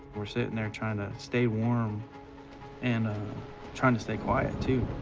we're sitting there, trying to stay warm and and trying to stay quiet, too,